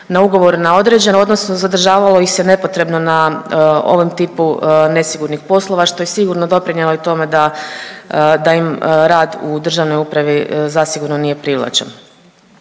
na ugovor na određeno odnosno zadržavalo ih se nepotrebno na ovom tipu nesigurnih poslova, što je sigurno doprinjelo i tome da, da im rad u državnoj upravi zasigurno nije privlačan.